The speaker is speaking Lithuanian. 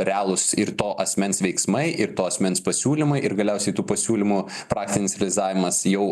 realūs ir to asmens veiksmai ir to asmens pasiūlymai ir galiausiai tų pasiūlymų praktinis realizavimas jau